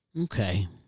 Okay